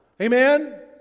amen